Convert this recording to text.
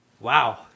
Wow